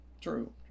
True